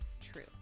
true